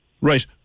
Right